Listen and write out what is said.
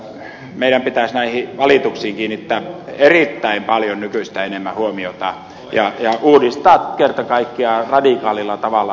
meidän pitäisi näihin valituksiin kiinnittää erittäin paljon nykyistä enemmän huomiota ja uudistaa kerta kaikkiaan radikaalilla tavalla